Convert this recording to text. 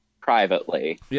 privately